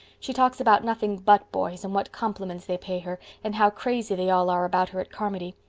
she talks about nothing but boys and what compliments they pay her, and how crazy they all are about her at carmody.